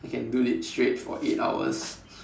I can do it straight for eight hours